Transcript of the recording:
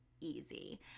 easy